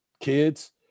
kids